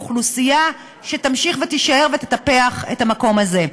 אוכלוסייה שתמשיך ותישאר ותטפח את המקום הזה.